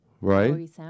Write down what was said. Right